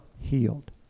healed